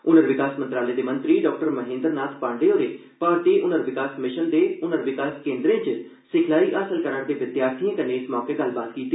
हूनर विकास मंत्रालय दे मंत्री डाक्टर महेन्द्र नाथ पांडे होरें भारतीय ह्नर विकास मिशन दे ह्नर विकास केन्द्रै च सिखलाई हासल करा रदे विद्यार्थियें कल्नै इस मौके पर गल्लबात कीती